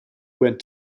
went